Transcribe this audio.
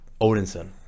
Odinson